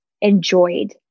enjoyed